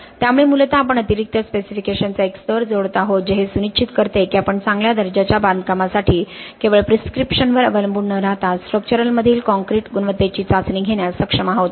त्यामुळे मूलत आपण अतिरिक्त स्पेसिफिकेशन चा एक स्तर जोडत आहोत जे हे सुनिश्चित करते की आपण चांगल्या दर्जाच्या बांधकामासाठी केवळ प्रिस्क्रिप्शनवर अवलंबून न राहता स्ट्रक्चर मधील काँक्रीट गुणवत्तेची चाचणी घेण्यास सक्षम आहोत